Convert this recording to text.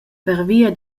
pervia